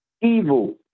evil